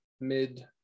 mid